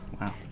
wow